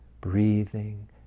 Breathing